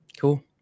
Cool